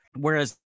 Whereas